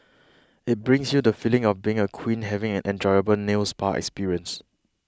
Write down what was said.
it brings you the feeling of being a queen having an enjoyable nail spa experience